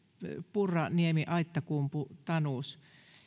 purra niemi aittakumpu tanus